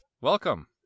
Welcome